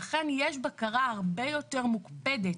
לכן יש בקרה הרבה יותר מוקפדת